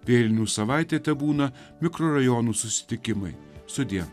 vėlinių savaitę tebūna mikrorajonų susitikimai sudie